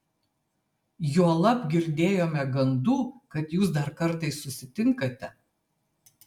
juolab girdėjome gandų kad jūs dar kartais susitinkate